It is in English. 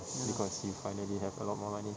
because you finally have a lot more money